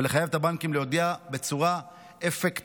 ולחייב את הבנקים להודיע בצורה אפקטיבית,